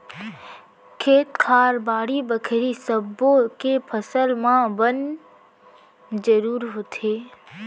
खेत खार, बाड़ी बखरी सब्बो के फसल म बन जरूर होथे